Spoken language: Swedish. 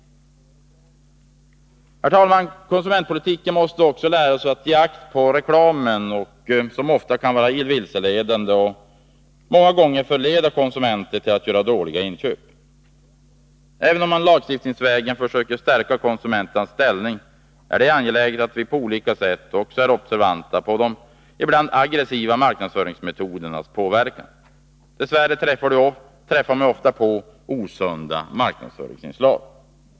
Herr talman! Konsumentpolitiken måste också lära oss att ge akt på reklamen, som ofta kan vara vilseledande och många gånger kan förleda konsumenter till att göra dåliga inköp. Även om man lagstiftningsvägen försöker stärka konsumenternas ställning är det angeläget att vi på olika sätt också är observanta på de ibland aggressiva marknadsföringsmetodernas påverkan. Dess värre träffar man ofta på osunda marknadsföringsinslag.